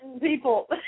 people